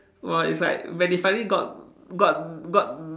!wah! it's like when they finally got got got